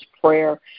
prayer